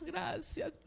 Gracias